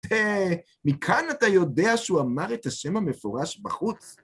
מכאן אתה יודע שהוא אמר את השם המפורש בחוץ.